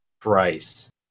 price